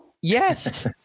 Yes